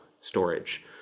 storage